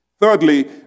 Thirdly